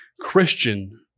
Christian